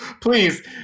please